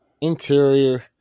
interior –